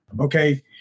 okay